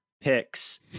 picks